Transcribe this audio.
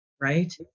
Right